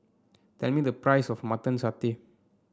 tell me the price of Mutton Satay